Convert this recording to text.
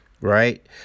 right